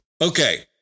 Okay